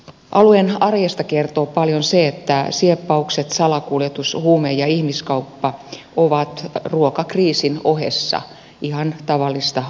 alueen arjesta kertoo paljon se että sieppaukset salakuljetus huume ja ihmiskauppa ovat ruokakriisin ohessa ihan tavallista arkipäivää